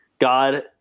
God